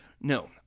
no